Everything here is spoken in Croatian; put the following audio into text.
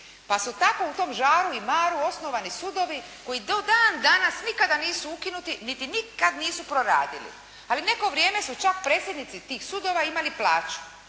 Pa su tako u tom žaru i maru osnovani sudovi koji do dan danas nikada nisu ukinuti niti nikada nisu proradili. Ali neko vrijeme su čak predsjednici tih sudova imali plaću